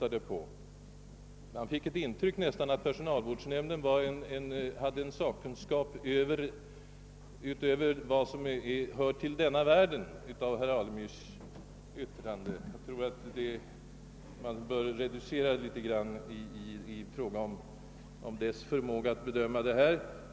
Man fick av herr Alemyrs anförande nästan det in trycket att personalvårdsnämnden hade sakkunskap utöver vad som hör till denna världen.